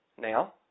Now